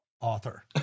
author